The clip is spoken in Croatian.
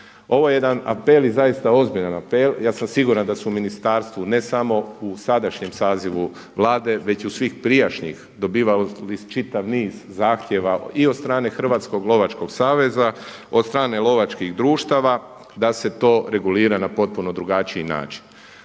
Ovo je jedan apel i zaista ozbiljan apel. Ja sam siguran da su u ministarstvu, ne samo u sadašnjem sazivu Vlade već i u svih prijašnjih, dobivali čitav niz zahtjeva i od strane Hrvatskog lovačkog saveza, od strane lovačkih društava da se to regulira na potpuno drugačiji način.